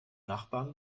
nachbarn